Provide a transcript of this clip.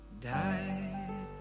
died